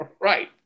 Right